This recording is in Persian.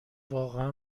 واقعا